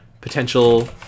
potential